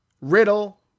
Riddle